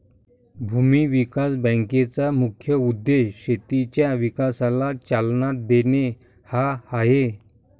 भूमी विकास बँकेचा मुख्य उद्देश शेतीच्या विकासाला चालना देणे हा आहे